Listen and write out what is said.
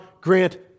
grant